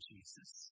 Jesus